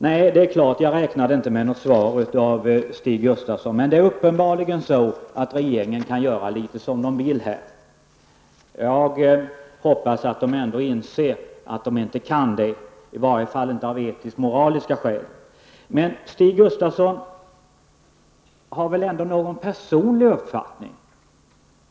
Nej, jag räknade inte med något svar från Stig Gustafsson, men det är uppenbarligen så att regeringen här kan göra litet som den vill. Jag hoppas att man i regeringen ändå inser att man inte kan det -- i varje fall inte av etisk-moraliska skäl. Men Stig Gustafsson har väl ändå någon personlig uppfattning!